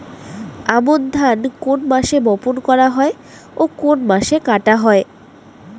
আমন ধান কোন মাসে বপন করা হয় ও কোন মাসে কাটা হয়?